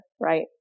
right